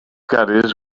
caddies